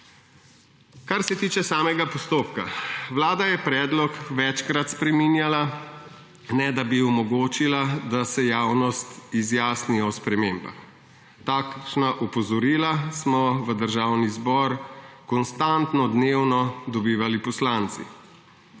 Kar se tiče samega postopka. Vlada je predlog večkrat spreminjala, ne da bi omogočila, da se javnost izjasni o spremembah. Takšna opozorila smo v Državni zbor konstantno, dnevno dobivali poslanci.